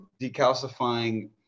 decalcifying